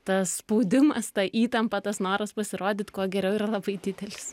tas spaudimas ta įtampa tas noras pasirodyt kuo geriau yra labai didelis